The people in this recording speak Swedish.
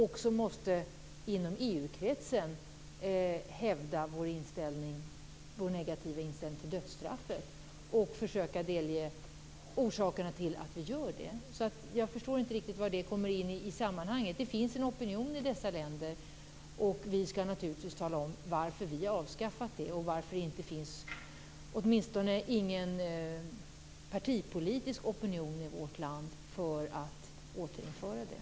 Det är väl självklart att vi också inom EU-kretsen måste hävda vår negativa inställning till dödsstraffet och försöka informera om orsakerna till att vi gör det. Jag förstår inte riktigt var i sammanhanget det kommer in. Det finns en opinion i dessa länder. Vi skall naturligtvis tala om varför vi har avskaffat dödsstraffet och varför det åtminstone inte finns någon partipolitisk opinion i vårt land för att återinföra det.